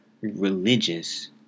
religious